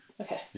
Okay